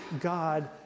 God